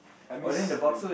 I miss them